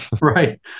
Right